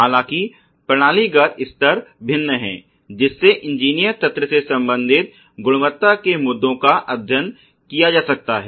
हालाँकि प्रणालीगत स्तर भिन्न हैं जिससे इंजीनियर तंत्र से संबंधित गुणवत्ता के मुद्दों का अध्ययन किया जा सकता है